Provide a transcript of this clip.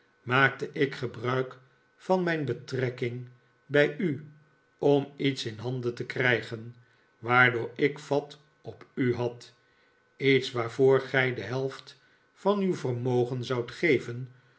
maakte ik gebruik van mijn betrekking bij u om iets in handen te krijgen waardoor ik vat op u had iets waarvoor gij de helft van uw vermogen zoudt geven